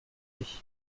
oui